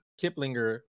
Kiplinger